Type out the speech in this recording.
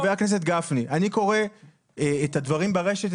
אני קורא את הדברים ברשת,